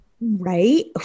Right